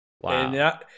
wow